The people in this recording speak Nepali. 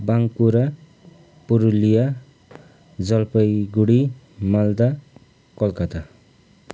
बाँकुडा पुरुलिया जलपाइगढी मालदा कलकत्ता